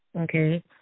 Okay